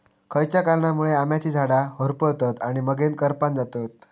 खयच्या कारणांमुळे आम्याची झाडा होरपळतत आणि मगेन करपान जातत?